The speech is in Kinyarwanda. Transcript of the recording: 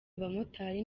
abamotari